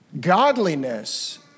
Godliness